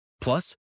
Plus